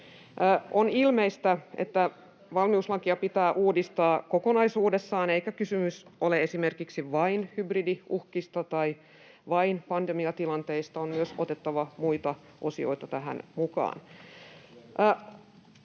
On ilmeistä, että valmiuslakia pitää uudistaa kokonaisuudessaan eikä kysymys ole esimerkiksi vain hybridiuhkista tai vain pandemiatilanteista. On otettava myös muita osioita tähän mukaan.